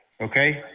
Okay